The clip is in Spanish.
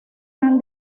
han